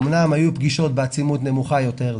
אמנם היו פגישות בעצימות נמוכה יותר,